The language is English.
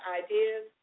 ideas